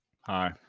Hi